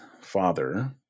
father